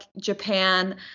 Japan